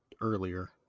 earlier